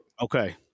Okay